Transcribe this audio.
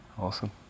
Awesome